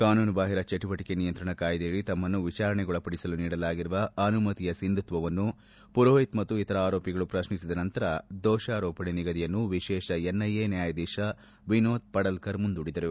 ಕಾನೂನುಬಾಹಿರ ಚಟುವಟಿಕೆ ನಿಯಂತ್ರಣ ಕಾಯ್ದೆಯಡಿ ತಮ್ಮನ್ನು ವಿಚಾರಣೆಗೊಳಪಡಿಸಲು ನೀಡಲಾಗಿರುವ ಅನುಮತಿಯ ಸಿಂಧುತ್ವವನ್ನು ಪುರೋಹಿತ್ ಮತ್ತು ಇತರ ಆರೋಪಿಗಳು ಪ್ರತ್ನಿಸಿದ ನಂತರ ದೋಷಾರೋಪಣೆ ನಿಗದಿಯನ್ನು ವಿಶೇಷ ಎನ್ಐಎ ನ್ಲಾಯಾಧೀಶ ವಿನೋದ್ ಪಡಲ್ತರ್ ಮುಂದೂಡಿದರು